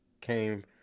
came